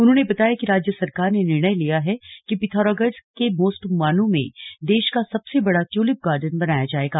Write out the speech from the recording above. उन्होंने बताया कि राज्य सरकार ने निर्णय लिया है कि पिथौरागढ़ के मोस्टमानू में देश का सबसे बड़ा ट्यूलिप गार्डन बनाया जायेगा